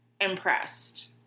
impressed